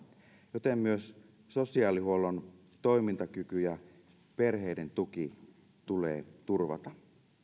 joten myös sosiaalihuollon toimintakyky ja perheiden tuki tulee turvata